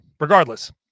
Regardless